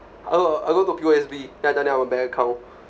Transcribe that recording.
oh I go to P_O_S_B then I tell them I want bank account